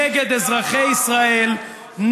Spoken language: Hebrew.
נגד אזרחי ישראל.